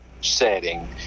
setting